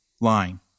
line